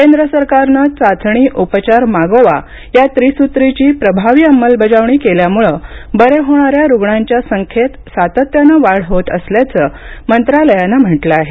केंद्र सरकारनं चाचणी उपचार मागोवा या त्रिसूत्रीची प्रभावी अंमलबजावणी केल्यामुळे बरे होणाऱ्या रुग्णांच्या संख्येत सातत्यानं वाढ होत असल्याचं मंत्रालयानं म्हटलं आहे